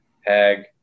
Hag